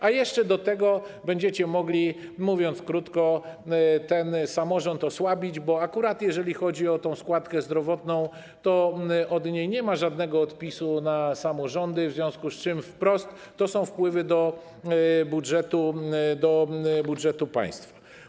A jeszcze do tego będziecie mogli, mówiąc krótko, osłabić samorząd, bo akurat jeżeli chodzi o tę składkę zdrowotną, to od niej nie ma żadnego odpisu na samorządy, w związku z czym wprost to są wpływy do budżetu państwa.